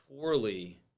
poorly